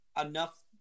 enough